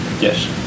Yes